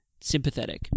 sympathetic